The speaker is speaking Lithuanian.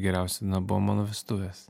geriausi na buvo mano vestuvės